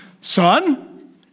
Son